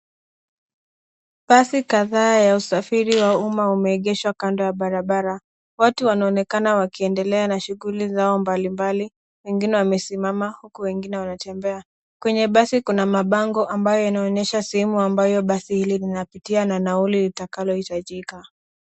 Basi kadhaa ya usafiri wa umma umeegeshwa kando ya barabara. Watu wanaoenkana wakiendelea na shughuli zao mbalimbali wengine wamesimama huku wengine wanatembea. Kwenye basi kuna mabango yanaonyesha sehemu ambayo basi hili linapitia na nauli inataloitajika.